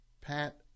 Pat